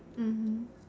mmhmm